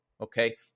Okay